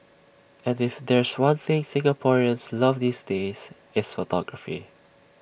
and if there's one thing Singaporeans love these days it's photography